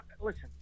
Listen